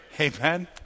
Amen